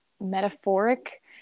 metaphoric